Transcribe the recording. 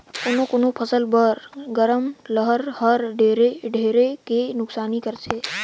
कोनो कोनो फसल बर गरम लहर हर ढेरे के नुकसानी करथे